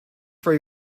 for